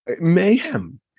mayhem